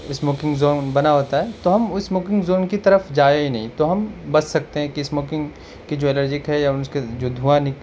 smoking zone بنا ہوتا ہے تو ہم اسموکنگ زون کی طرف جائیں ہی نہیں تو ہم بچ سکتے ہیں کہ اسموکنگ کی جو الرجک ہے یا ہم اس کے جو دھواں